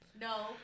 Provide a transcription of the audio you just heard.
no